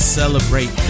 celebrate